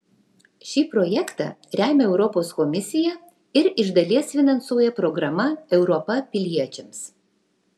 šį projektą remia europos komisija ir iš dalies finansuoja programa europa piliečiams